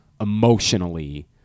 emotionally